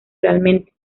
realmente